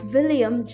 William